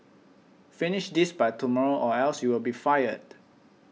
finish this by tomorrow or else you'll be fired